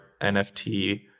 NFT